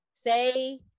say